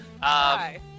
Hi